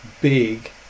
big